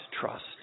trust